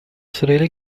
süreyle